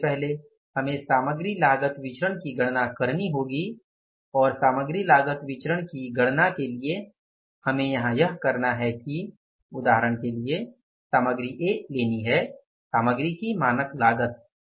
तो सबसे पहले हमें सामग्री लागत विचरण की गणना करनी होगी और सामग्री लागत विचरण की गणना के लिए हमें यहां यह करना है कि उदाहरण के लिए सामग्री ए लेनी है सामग्री की मानक लागत